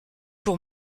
pour